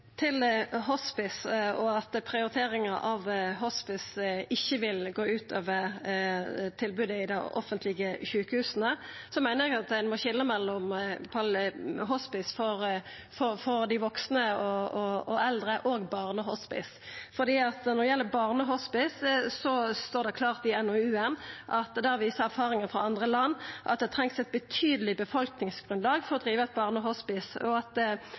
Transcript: til en kort merknad, begrenset til 1 minutt. Til hospice og det at prioriteringar av hospice ikkje vil gå ut over tilbodet i dei offentlege sjukehusa i dag: Eg meiner at ein må skilja mellom hospice for vaksne og eldre og barnehospice. Når det gjeld barnehospice, står det klart i NOU-en at erfaringar frå andre land viser at det trengst eit betydeleg befolkningsgrunnlag for å driva eit barnehospice, og at det